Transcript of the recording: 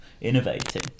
Innovating